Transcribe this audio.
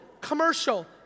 commercial